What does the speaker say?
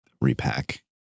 repack